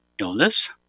illness